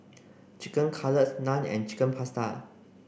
chicken Cutlet Naan and Chicken Pasta